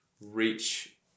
reach